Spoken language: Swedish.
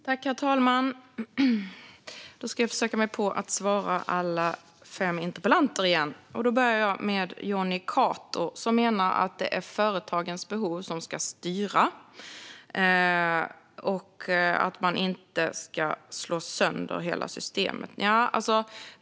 Herr talman! Jag ska försöka mig på att svara alla fem ledamöter igen. Jag börjar med Jonny Cato, som menar att det är företagens behov som ska styra och att man inte ska slå sönder hela systemet.